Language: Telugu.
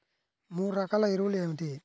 మూడు రకాల ఎరువులు ఏమిటి?